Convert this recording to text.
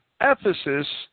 Ephesus